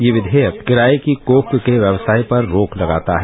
यह विधेयक किराये की कोख के व्यवसाय पर रोक लगाता है